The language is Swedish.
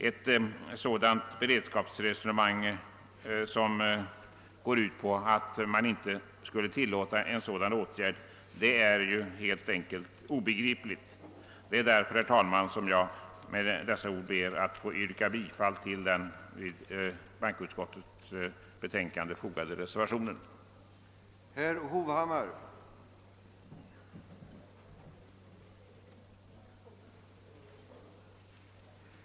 Ett beredskapsresonemang som går ut på att någonting sådant inte skulle tillåtas är helt enkelt obegripligt. Därför, herr talman, ber jag att med dessa ord få yrka bifall till den vid bankoutskottets utlåtande fogade reservationen 1.